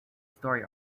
story